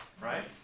Right